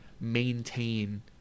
maintain